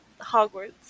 hogwarts